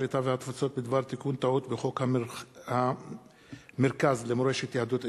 הקליטה והתפוצות בדבר תיקון טעות בחוק המרכז למורשת יהדות אתיופיה,